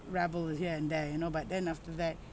rebel here and there you know but then after that